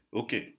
okay